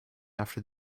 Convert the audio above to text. after